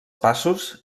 passos